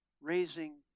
raising